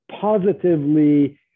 positively